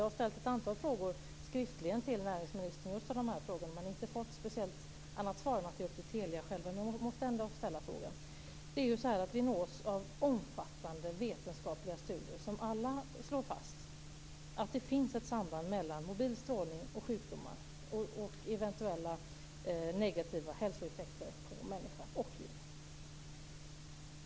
Jag har ställt ett antal frågor skriftligen till näringsministern just om detta, men inte fått något speciellt svar annat än att det är upp till Telia självt. Men jag måste ändå ställa frågan. Vi nås av omfattande vetenskapliga rapporter som alla slår fast att det finns ett samband mellan strålning från mobiltelefoner och sjukdomar och eventuella negativa hälsoeffekter på människa och djur.